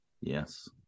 Yes